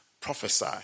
prophesy